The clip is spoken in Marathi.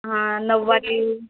हां नऊवारी